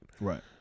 Right